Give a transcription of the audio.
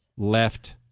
left